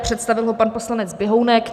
Představil ho pan poslanec Běhounek.